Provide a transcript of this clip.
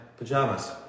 Pajamas